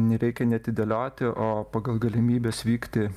nereikia neatidėlioti o pagal galimybes vykti